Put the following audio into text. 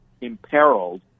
imperiled